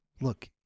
look